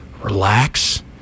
relax